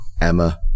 Emma